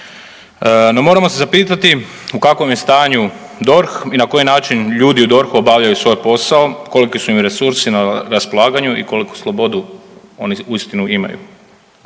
moramo se zapitati u kakvom je stanju DORH i na koji način ljudi u DORH-u obavljaju svoj posao, koliki su im resursi na raspolaganju i koliku slobodu oni uistinu imaju.